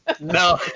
No